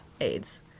AIDS